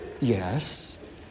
Yes